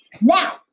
now